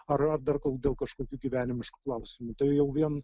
ar ar dar dėl kažkokių gyvenimiškų klausimų tai jau vien